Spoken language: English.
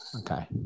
Okay